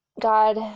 God